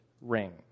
ring